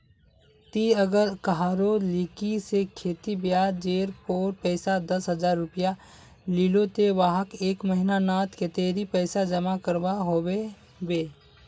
ती अगर कहारो लिकी से खेती ब्याज जेर पोर पैसा दस हजार रुपया लिलो ते वाहक एक महीना नात कतेरी पैसा जमा करवा होबे बे?